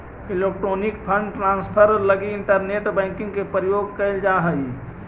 electronic fund transfer लगी internet banking के प्रयोग कैल जा हइ